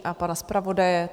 A pana zpravodaje?